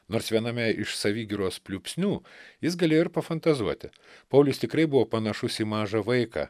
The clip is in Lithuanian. nors viename iš savigyros pliūpsnių jis galėjo ir pafantazuoti paulius tikrai buvo panašus į mažą vaiką